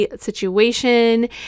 situation